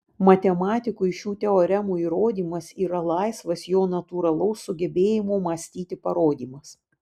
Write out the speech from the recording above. matematikui šių teoremų įrodymas yra laisvas jo natūralaus sugebėjimo mąstyti parodymas